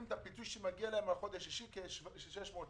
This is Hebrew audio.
את הפיצוי שמגיע להם על חודש שישי של 600 שקל.